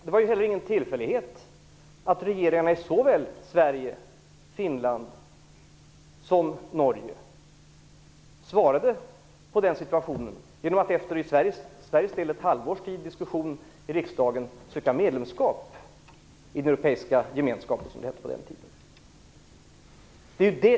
Det var heller ingen tillfällighet att regeringarna i Sverige, Finland och Norge svarade på den situationen genom att, för Sveriges del under ett halvårs tid av diskussioner i riksdagen, söka medlemskap i den europeiska gemenskapen, som det hette på den tiden.